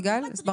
כן.